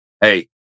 hey